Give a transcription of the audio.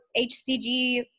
HCG